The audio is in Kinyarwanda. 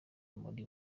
muri